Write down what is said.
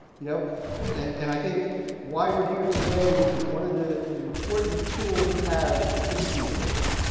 you know and and i think why we're here today is is one of the important tools you have to fix these things.